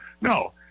No